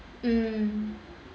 mm